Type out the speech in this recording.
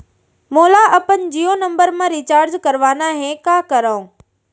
मोला अपन जियो नंबर म रिचार्ज करवाना हे, का करव?